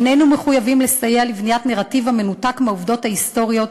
איננו מחויבים לסייע לבניית נרטיב המנותק מהעובדות ההיסטוריות